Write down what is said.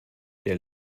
der